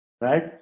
right